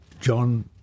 John